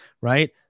Right